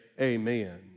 amen